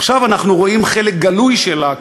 עכשיו אנחנו רואים חלק גלוי שלה,